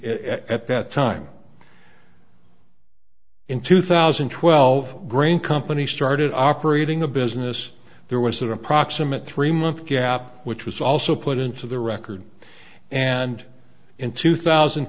at that time in two thousand and twelve grain company started operating a business there was an approximate three month gap which was also put into the record and in two thousand